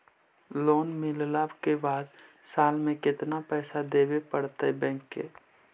Loan मिलला के बाद साल में केतना पैसा देबे पड़तै बैक के?